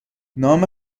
نام